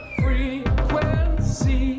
frequency